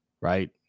right